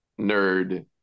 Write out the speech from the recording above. nerd